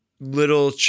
little